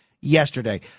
yesterday